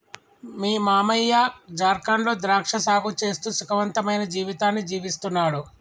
మీ మావయ్య జార్ఖండ్ లో ద్రాక్ష సాగు చేస్తూ సుఖవంతమైన జీవితాన్ని జీవిస్తున్నాడు